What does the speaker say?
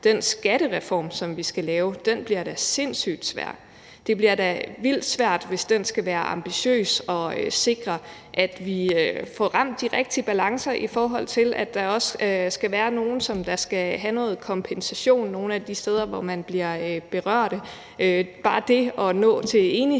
Den skattereform, som vi skal lave, bliver da sindssygt svær. Det bliver da vildt svært, hvis den skal være ambitiøs og sikre, at vi får ramt de rigtige balancer, i forhold til at der også skal være nogle, som skal have noget kompensation, altså nogle af de steder, hvor man bliver berørt. Bare det at nå til enighed i en